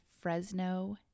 fresno